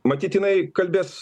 matyt jinai kalbės